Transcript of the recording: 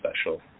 special